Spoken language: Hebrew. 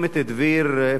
אני רואה שהשר מתמצא,